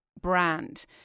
brand